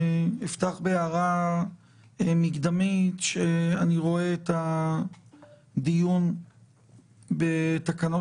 אפתח בהערה מקדמית שאני רואה את הדיון בתקנות